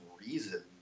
reason